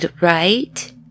right